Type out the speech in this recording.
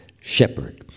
shepherd